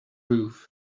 roofs